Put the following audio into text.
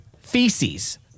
feces